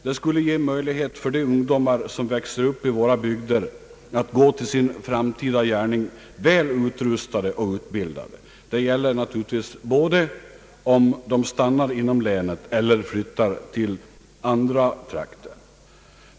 Det skulle ge möjlighet för de ungdomar som växer upp i våra bygder att gå till sin framtida gärning väl utrustade och utbildade. Detta gäller naturligtvis både om de stannar inom länet eller flyttar till andra bygder.